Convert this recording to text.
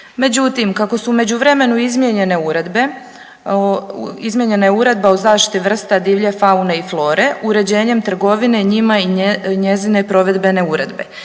Međutim, kako su u međuvremenu izmijenjene uredbe, izmijenjena je Uredba o zaštiti vrsta divlje faune i flore uređenjem trgovine njima i njezine provedbene uredbe